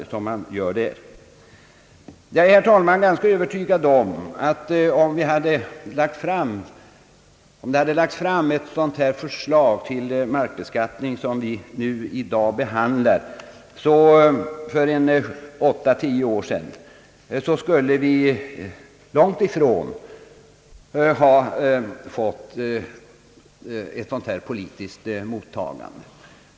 Jag är, herr talman, ganska övertygad om att hade ett förslag till markvinstbeskattning, som vi i dag behandlar, lagts fram för åtta eller tio år sedan, skulle det långt ifrån ha fått ett sådant allmäntpolitiskt mottagande.